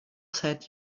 send